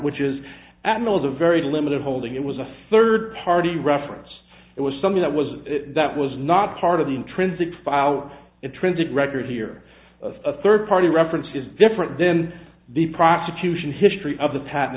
which is atmel is a very limited holding it was a third party reference it was something that was that was not part of the intrinsic file intrinsic record here of third party reference is different then the prosecution history of the pat